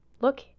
Look